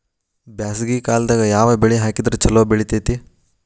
ಬ್ಯಾಸಗಿ ಕಾಲದಾಗ ಯಾವ ಬೆಳಿ ಹಾಕಿದ್ರ ಛಲೋ ಬೆಳಿತೇತಿ?